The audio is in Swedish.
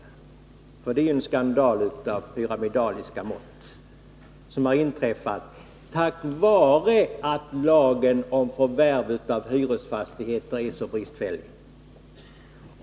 Den affären är ju en skandal av pyramidaliska mått som har inträffat på grund av att lagen om förvärv av hyresfastigheter är så bristfällig.